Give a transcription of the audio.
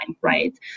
right